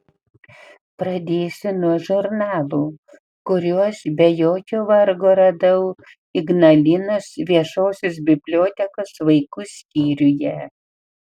pradėsiu nuo žurnalų kuriuos be jokio vargo radau ignalinos viešosios bibliotekos vaikų skyriuje